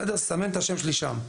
סמן את השם שלי שם.